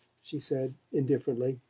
she said indifferently.